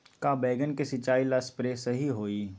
का बैगन के सिचाई ला सप्रे सही होई?